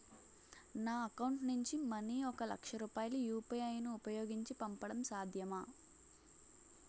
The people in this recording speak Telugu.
నా అకౌంట్ నుంచి మనీ ఒక లక్ష రూపాయలు యు.పి.ఐ ను ఉపయోగించి పంపడం సాధ్యమా?